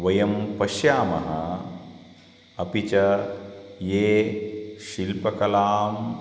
वयं पश्यामः अपि च ये शिल्पकलाम्